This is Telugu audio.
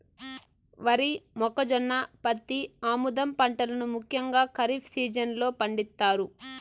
వరి, మొక్కజొన్న, పత్తి, ఆముదం పంటలను ముఖ్యంగా ఖరీఫ్ సీజన్ లో పండిత్తారు